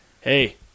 hey